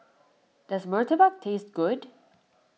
does Murtabak taste good